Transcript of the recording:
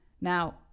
Now